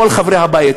כל חברי הבית,